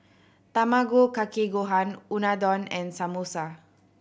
Tamago Kake Gohan Unadon and Samosa